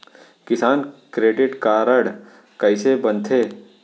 किसान credit card कइसे बनथे?